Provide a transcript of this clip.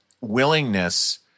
willingness